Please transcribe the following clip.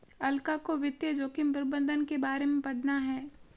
अलका को वित्तीय जोखिम प्रबंधन के बारे में पढ़ना है